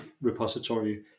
repository